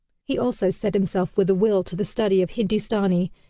he also set himself with a will to the study of hindustani,